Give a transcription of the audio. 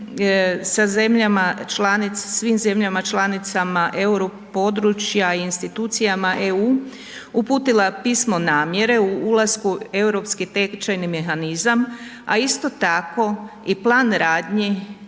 svim zemljama članicama euro područja i institucijama EU, uputila pismo namjere o ulasku u europski tečajni mehanizam, a isto tako i plan radnji